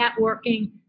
networking